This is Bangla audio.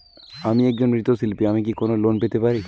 আমি একজন মৃৎ শিল্পী আমি কি কোন লোন পেতে পারি?